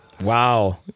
Wow